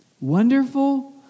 Wonderful